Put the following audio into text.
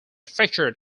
featured